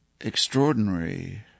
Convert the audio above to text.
extraordinary